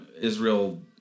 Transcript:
Israel